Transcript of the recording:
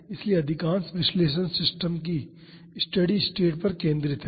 इसलिए अधिकांश विश्लेषण सिस्टम की स्टेडी स्टेट पर केंद्रित हैं